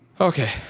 Okay